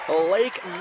Lake